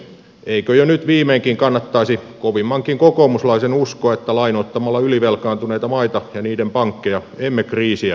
eikö jo nyt viimeinkin kannattaisi kovimmankin kokoomuslaisen uskoa että lainoittamalla ylivelkaantuneita maita ja niiden pankkeja emme kriisiä pysty ratkaisemaan